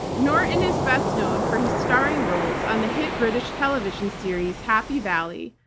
norton is best known for his starring roles on the hit british television series happy valley,